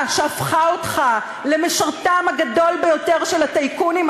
שהפכה אותך למשרתם הגדול ביותר של הטייקונים,